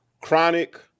chronic